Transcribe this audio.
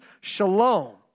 shalom